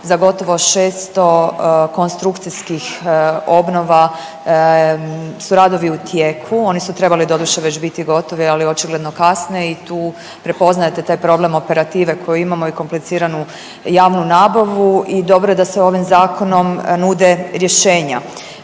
za gotovo 600 konstrukcijskih obnova su radovi u tijeku, oni su trebali doduše već bili gotovi, ali očigledno kasne i tu prepoznajete taj problem operative koji imamo i kompliciranu javnu nabavu i dobro je da se ovim zakonom nude rješenja.